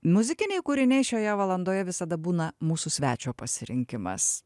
muzikiniai kūriniai šioje valandoje visada būna mūsų svečio pasirinkimas